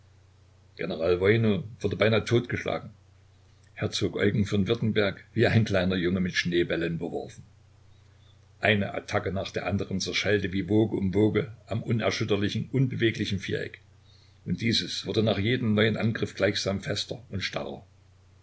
wurde beinahe totgeschlagen herzog eugen von württemberg wie ein kleiner junge mit schneebällen beworfen eine attacke nach der andern zerschellte wie woge um woge am unerschütterlichen unbeweglichen viereck und dieses wurde nach jedem neuen angriff gleichsam fester und starrer